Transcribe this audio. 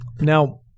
Now-